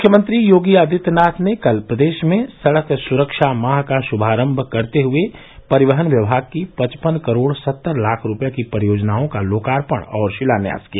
मुख्यमंत्री योगी आदित्यनाथ ने कल प्रदेश में सड़क सुरक्षा माह का श्मारम्भ करते हए परिवहन विभाग की पचपन करोड़ सत्तर लाख रूपये की परियोजनाओं का लोकार्पण और शिलान्यास किया